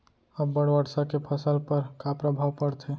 अब्बड़ वर्षा के फसल पर का प्रभाव परथे?